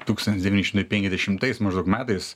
tūkstantis devyni šimtai penkiasdešimtais maždaug metais